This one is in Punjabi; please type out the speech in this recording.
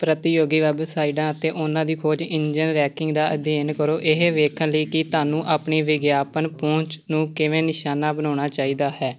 ਪ੍ਰਤੀਯੋਗੀ ਵੈੱਬਸਾਈਟਾਂ ਅਤੇ ਉਨ੍ਹਾਂ ਦੀ ਖੋਜ ਇੰਜਣ ਰੈਂਕਿੰਗ ਦਾ ਅਧਿਐਨ ਕਰੋ ਇਹ ਵੇਖਣ ਲਈ ਕੀ ਤੁਹਾਨੂੰ ਆਪਣੀ ਵਿਗਿਆਪਨ ਪਹੁੰਚ ਨੂੰ ਕਿਵੇਂ ਨਿਸ਼ਾਨਾ ਬਣਾਉਣਾ ਚਾਹੀਦਾ ਹੈ